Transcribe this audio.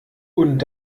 und